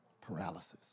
paralysis